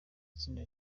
itsinda